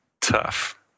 tough